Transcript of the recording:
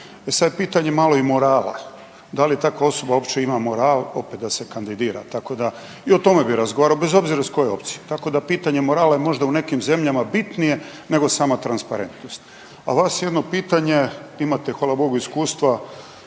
sad je pitanje malo i morala. Da li takva osoba uopće ima moral opet da se kandidira, tako da i o tome bih razgovarao bez obzira iz kojeg opcije. Tako da pitanje morala je možda u nekim zemljama bitnije nego sama transparentnost. A vas jedno pitanje imate hvala Bogu iskustva